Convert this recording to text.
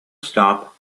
stop